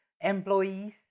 employees